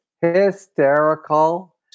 hysterical